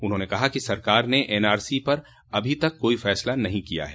उन्होंने कहा कि सरकार ने एन आर सी पर अभी तक कोई फैसला नहीं किया है